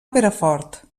perafort